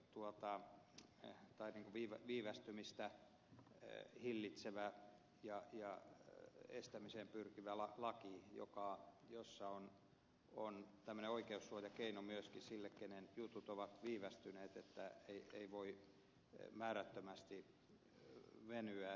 tuottaa parin tämmöistä viivästymistä hillitsevä ja sen estämiseen pyrkivä laki jossa on tämmöinen oikeussuojakeino myöskin niille joiden jutut ovat viivästyneet niin että ne eivät voi määrättömästi venyä